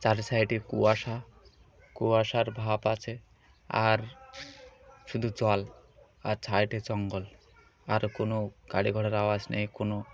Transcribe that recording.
চারি সাইডে কুয়াশা কুয়াশার ভাপ আছে আর শুধু জল আর সাইডে জঙ্গল আরও কোনো গাড়ি ঘোড়ার আওয়াজ নেই কোনো